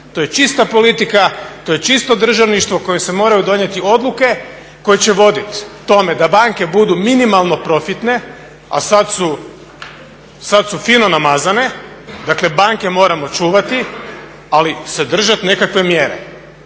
To je čista politika, to je čisto državništvo u kojem se moraju donijeti odluke koje će voditi tome da banke budu minimalno profitne, a sada su fino namazane. Dakle banke moramo čuvati ali se držati nekakve mjere.